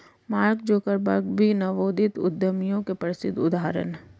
mark Zuckerberg भी नवोदित उद्यमियों के प्रसिद्ध उदाहरण हैं